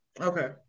Okay